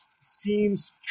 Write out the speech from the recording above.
seems